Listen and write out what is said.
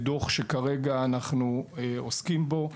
בדו"ח שאנחנו עוסקים בו כרגע,